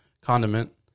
condiment